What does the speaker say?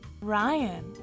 Ryan